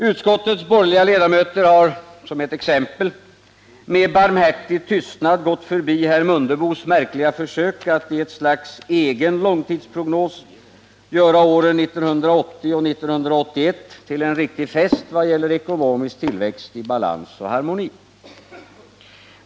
Utskottets borgerliga ledamöter har sålunda t.ex. med barmhärtig tystnad gått förbi herr Mundebos märkliga försök att i ett slags egen långtidsprognos göra åren 1980 och 1981 till en riktig fest vad gäller ekonomisk tillväxt i balans och harmoni.